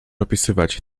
opisywać